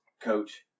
coach